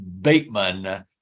Bateman